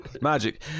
magic